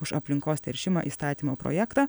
už aplinkos teršimą įstatymo projektą